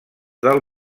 del